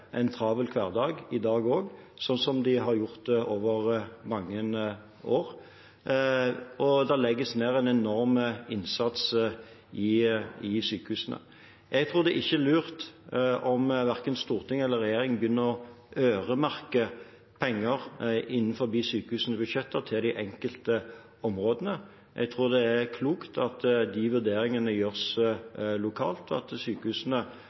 en travel hverdag også i dag, slik de har gjort over mange år. Det legges ned en enorm innsats i sykehusene. Jeg tror ikke det er lurt at Stortinget eller regjeringen begynner å øremerke penger i sykehusenes budsjetter til de enkelte områdene. Jeg tror det er klokt at de vurderingene gjøres lokalt, og at sykehusene